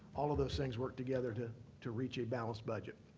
all of those things work together to to reach a balanced budget.